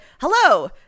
hello